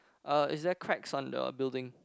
uh is there cracks on the building